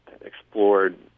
explored